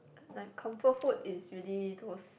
like comfort food is really those